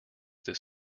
this